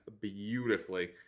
beautifully